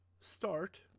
start